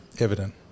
Evident